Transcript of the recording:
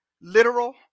literal